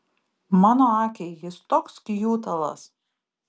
mano akiai jis toks kjutalas